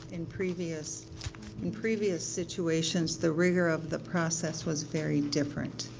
and previous and previous situations the rigor of the process was very different.